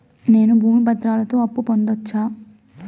నేను భూమి పత్రాలతో అప్పు పొందొచ్చా?